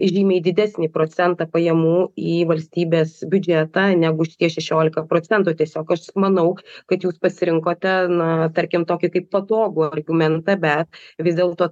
žymiai didesnį procentą pajamų į valstybės biudžetą negu šitie šešiolika procentų tiesiog aš manau kad jūs pasirinkote na tarkim tokį kaip patogų argumentą bet vis dėlto